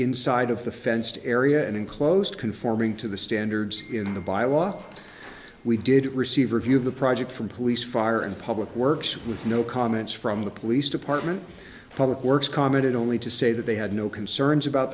inside of the fenced area and enclosed conforming to the standards in the bylaws we did receive review of the project from police fire and public works with no comments from the police department of public works commented only to say that they had no concerns about